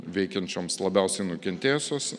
veikiančioms labiausiai nukentėjusiuose